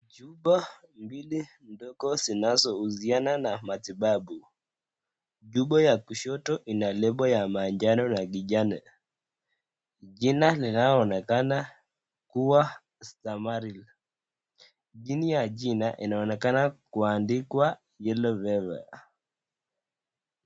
Chupa mbili ndogo zinazohusiana na matibabu. Chupa ya kushoto ina lebo ya manjano na kijani. Jina linaonekana kuwa Stamaril . Chini ya jina inaonekana kuandikwa Yellow fever .